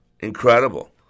Incredible